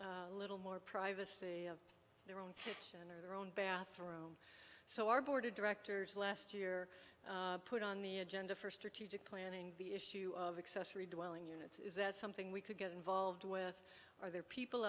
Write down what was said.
a little more privacy of their own or their own bathroom so our board of directors last year put on the agenda for strategic planning the issue of accessory dwelling units is that something we could get involved with are there people